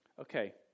Okay